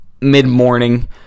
Mid-morning